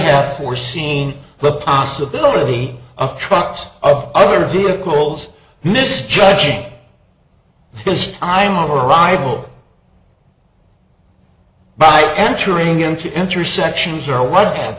ask for seen the possibility of trucks of other vehicles misjudging just imo arrival by entering into intersections or what have